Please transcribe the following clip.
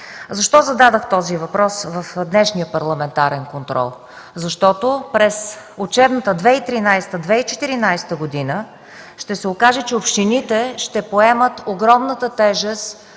Защо зададох въпроса в днешния парламентарен контрол? Защото през учебната 2013-2014 г. ще се окаже, че общините ще поемат огромната тежест